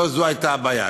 לא זו הייתה הבעיה.